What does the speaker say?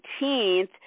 18th